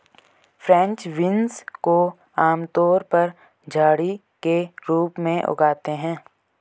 French beans को आमतौर पर झड़ी के रूप में उगाते है